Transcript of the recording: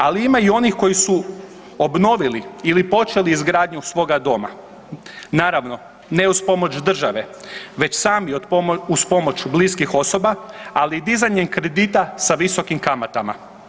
Ali ima i onih koji su obnovili ili počeli izgradnju svoga doma, naravno, ne uz pomoć države već sami uz pomoć bliskih osoba, ali i dizanjem kredita sa visokim kamatama.